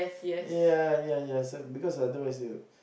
ya ya ya so because other wise they would